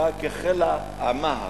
בא יכַּחִלְהַא עָמַאהַא.